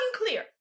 Unclear